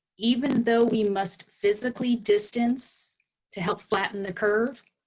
even though we must physically distance to help flatten the curve,